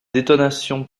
détonations